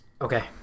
Okay